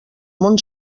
món